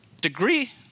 degree